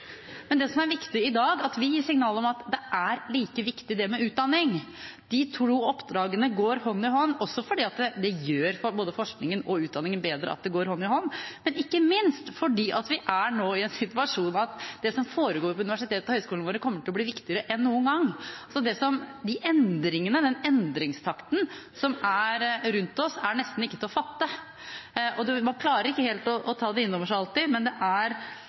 Men det som er viktig i dag, er at vi gir signal om at utdanning er like viktig. De to oppdragene går hånd i hånd fordi det gjør både forskningen og utdanningen bedre at de går hånd i hånd, og ikke minst fordi vi nå er i en situasjon der det som foregår ved universitetene og høyskolene våre, kommer til å bli viktigere enn noen gang. Endringstakten som er rundt oss, er nesten ikke til å fatte. Man klarer ikke alltid helt å ta det inn over seg, men den teknologiske endringen går så fort at det er